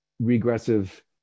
regressive